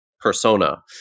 persona